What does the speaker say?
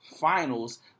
finals